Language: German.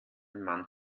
mann